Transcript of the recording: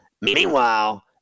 Meanwhile